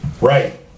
Right